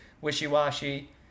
wishy-washy